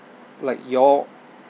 like your